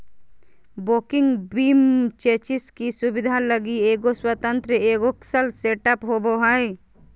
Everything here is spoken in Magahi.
वोकिंग बीम चेसिस की सुबिधा लगी एगो स्वतन्त्र एगोक्स्ल सेटअप होबो हइ